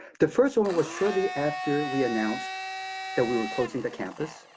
the first one was shortly after we announced that we were closing the campus,